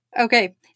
Okay